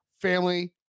family